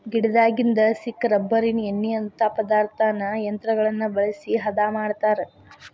ಗಿಡದಾಗಿಂದ ಸಿಕ್ಕ ರಬ್ಬರಿನ ಎಣ್ಣಿಯಂತಾ ಪದಾರ್ಥಾನ ಯಂತ್ರಗಳನ್ನ ಬಳಸಿ ಹದಾ ಮಾಡತಾರ